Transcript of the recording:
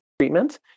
treatment